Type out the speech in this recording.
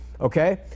okay